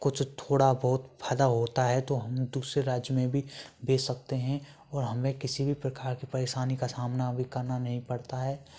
कुछ थोड़ा बहुत भला होता है तो हम दूसरे राज्य में भी भेज सकते हैं और हमें किसी भी प्रकार की परेशानी का सामना भी करना नहीं पढ़ता है